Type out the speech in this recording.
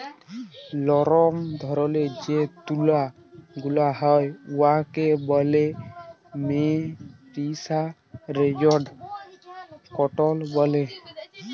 লরম ধরলের যে তুলা গুলা হ্যয় উয়াকে ব্যলে মেরিসারেস্জড কটল ব্যলে